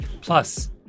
Plus